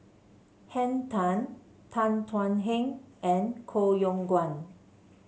Henn Tan Tan Thuan Heng and Koh Yong Guan